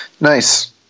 Nice